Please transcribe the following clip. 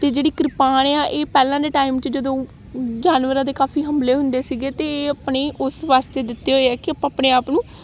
ਅਤੇ ਜਿਹੜੀ ਕਿਰਪਾਨ ਆ ਇਹ ਪਹਿਲਾਂ ਦੇ ਟਾਈਮ 'ਚ ਜਦੋਂ ਜਾਨਵਰਾਂ ਦੇ ਕਾਫੀ ਹਮਲੇ ਹੁੰਦੇ ਸੀਗੇ ਅਤੇ ਆਪਣੇ ਉਸ ਵਾਸਤੇ ਦਿੱਤੇ ਹੋਏ ਆ ਕਿ ਆਪਾਂ ਆਪਣੇ ਆਪ ਨੂੰ